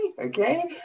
Okay